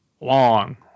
long